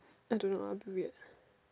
I don't know lah a bit weird